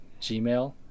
Gmail